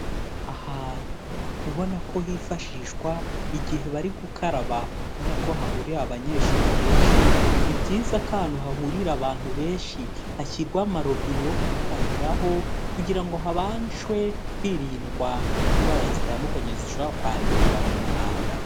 Ahantu ubona ko hifashishwa igihe bari gukaraba, ubona ko hahurira abanyeshuri benshi, ni byiza ko ahantu hahurira abantu benshi hashyirwaho amarobine yo gukarabiraho kugira ngo habashwe kwirindwa indwara zitandukanye zishobora kwandurira mu mwanda.